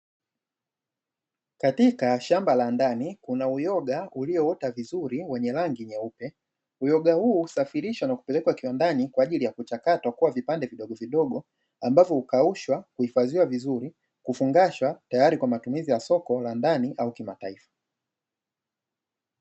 Katika shamba la ndani kuna uyoga ulioota vizuri wenye rangi nyeupe; uyoga huu husafirishwa na kupelekwa kiwandani kwa ajili ya kuchakatwa kuwa vipande vidogovidogo ambavyo hukaushwa, huhifadhiwa vizuri, hufungashwa tayali kwa matumizi ya soko la ndani au kimataifa.